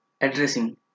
addressing